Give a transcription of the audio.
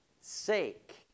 sake